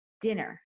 dinner